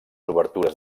obertures